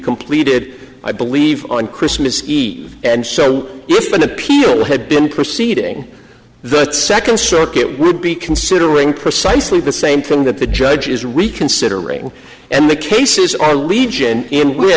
completed i believe on christmas eve and so if an appeal had been proceeding the second circuit would be considering precisely the same thing that the judge is reconsidering and the cases are legion and w